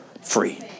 free